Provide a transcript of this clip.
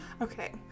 Okay